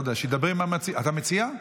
אתה המציע?